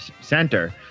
center